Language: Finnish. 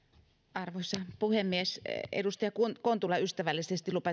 arvoisa puhemies edustaja kontula ystävällisesti